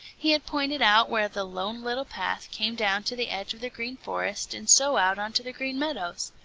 he had pointed out where the lone little path came down to the edge of the green forest and so out on to the green meadows.